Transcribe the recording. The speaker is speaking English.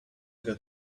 got